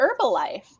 Herbalife